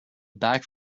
back